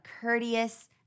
courteous